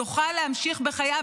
יוכל להמשיך בחייו,